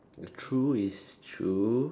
true it's true